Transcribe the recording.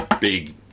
big